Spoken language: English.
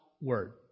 Word